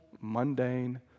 mundane